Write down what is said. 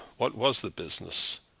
what was the business?